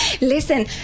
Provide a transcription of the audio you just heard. listen